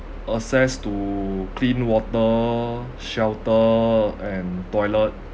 access to clean water shelter and toilet